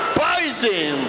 poison